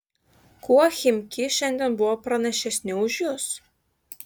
kuo chimki šiandien buvo pranašesni už jus